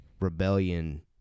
Rebellion